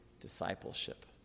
discipleship